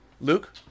Luke